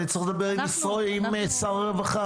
האם אני צריך לדבר עם שר הרווחה,